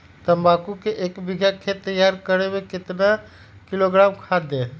तम्बाकू के एक बीघा खेत तैयार करें मे कितना किलोग्राम खाद दे?